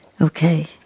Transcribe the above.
Okay